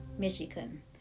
michigan